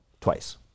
twice